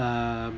um